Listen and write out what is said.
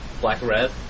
Black-red